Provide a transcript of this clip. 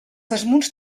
desmunts